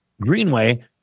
Greenway